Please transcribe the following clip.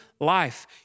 life